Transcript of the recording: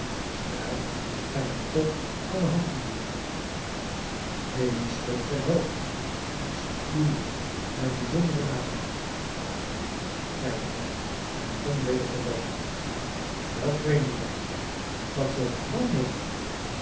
daar gij hem toch van de hand moet doen haley schudde zijn hoofd en spuwde met bijzonderen nadruk wel neen zeide hij en begon weder te rooken wel vreemdeling wat wilt ge dan nemen